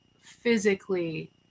physically